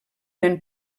nen